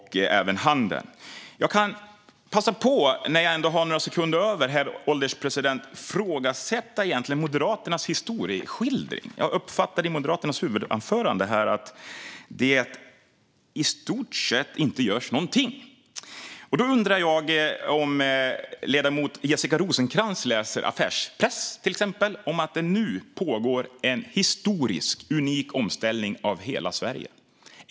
Herr ålderspresident! Jag kan passa på, när jag har några sekunder över, att ifrågasätta Moderaternas historieskildring. Jag uppfattade i Moderaternas huvudanförande här att det i stort sett inte görs någonting. Då undrar jag om ledamoten Jessica Rosencrantz läser affärspress, där det skrivs om att det nu pågår en historisk och omställning av hela Sverige.